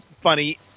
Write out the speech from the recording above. funny